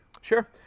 Sure